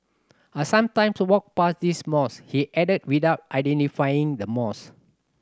I sometimes walk past this mosque he added without identifying the mosque